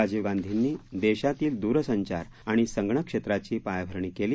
राजीव गांधींनी देशातील दूरसंचार आणि संगणक क्षेत्राची पायाभरणी केली